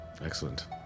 Excellent